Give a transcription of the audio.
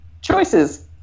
choices